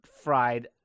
fried